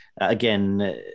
Again